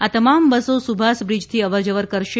આ તમામ બસો સુભાષ બ્રિજથી અવરજવર કરશે